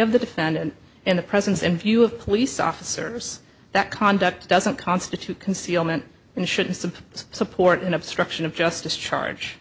of the defendant in the presence in view of police officers that conduct doesn't constitute concealment and shouldn't simply support an obstruction of justice charge